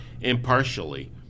impartially